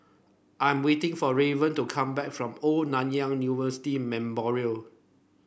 I'm waiting for Raven to come back from Old Nanyang University Memorial